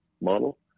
model